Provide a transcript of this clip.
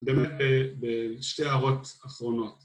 ‫בשתי הערות האחרונות.